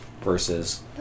versus